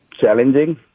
challenging